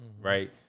right